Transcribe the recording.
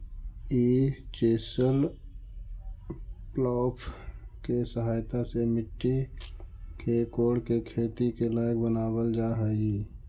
ई chisel plough के सहायता से मट्टी के कोड़के खेती के लायक बनावल जा हई